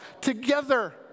together